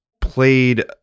played